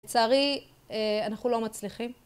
לצערי, אנחנו לא מצליחים